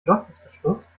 glottisverschluss